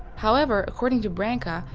however, according to branca,